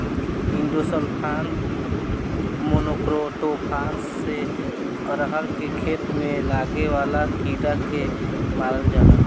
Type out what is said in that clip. endosulfan, monocrotophos से अरहर के खेत में लागे वाला कीड़ा के मारल जाला